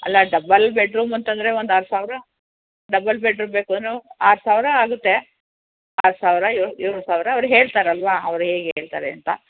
ಅಲ್ಲ double bedroom ಅಂತಂದರೆ ಒಂದು ಆರು ಸಾವಿರ ಡಬ್ಬಲ್ ಬೆಡ್ರೂಮ್ ಬೇಕು ಅಂದ್ರೆ ಆರು ಸಾವಿರ ಆಗುತ್ತೆ ಆರು ಸಾವಿರ ಏಳು ಏಳು ಸಾವಿರ ಅವ್ರು ಹೇಳ್ತಾರೆ ಅಲ್ವಾ ಅವ್ರು ಹೇಗೆ ಹೇಳ್ತಾರೆ ಅಂತ